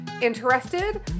Interested